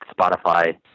Spotify